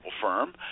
firm